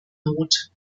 not